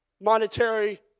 monetary